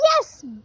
yes